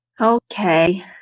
Okay